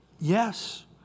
Yes